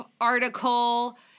article